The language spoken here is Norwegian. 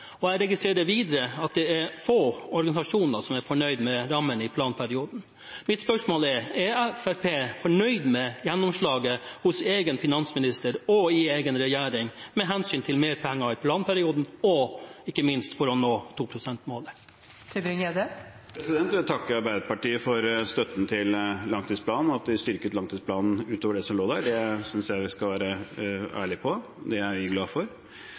og jeg registrerer videre at det er få organisasjoner som er fornøyd med rammen i planperioden. Mitt spørsmål er: Er Fremskrittspartiet fornøyd med gjennomslaget hos egen finansminister og i egen regjering med hensyn til mer penger i planperioden og ikke minst å nå 2 pst.-målet? Jeg takker Arbeiderpartiet for støtten til langtidsplanen, at de styrket langtidsplanen utover det som lå der. Det synes jeg vi skal være ærlige på. Det er vi glad for.